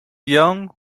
young